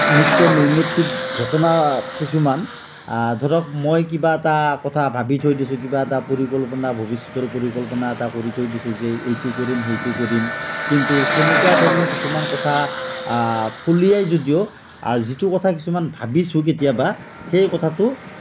নিত্য নৈমিত্তিক ঘটনা কিছুমান ধৰক মই কিবা এটা কথা ভাবি থৈ দিছোঁ কিবা এটা পৰিকল্পনা ভৱিষ্যতৰ পৰিকল্পনা এটা কৰি থৈ দিছোঁ যে এইটো কৰিম সেইটো কৰিম কিন্তু সেনেকুৱা ধৰণৰ কিছুমান কথা ফলিয়াই যদিও যিটো কথা কিছুমান ভাবিছোঁ কেতিয়াবা সেই কথাটো